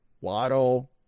Waddle